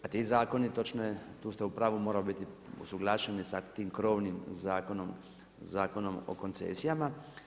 A ti zakoni, točno je, tu ste u pravu, moraju biti usuglašeni sa tim krovnim zakonom, Zakonom o koncesijama.